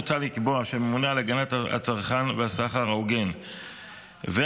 מוצע לקבוע שהממונה על הגנת הצרכן והסחר ההוגן והממונה